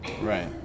Right